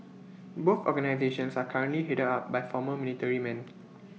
both organisations are currently headed up by former military men